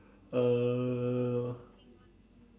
uh